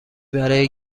برای